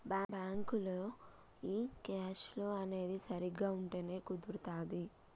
బ్యాంకులో ఈ cash flow అనేది సరిగ్గా ఉంటేనే కుదురుతాది